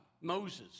Moses